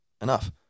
Enough